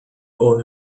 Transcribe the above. old